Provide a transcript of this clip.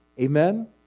Amen